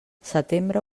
setembre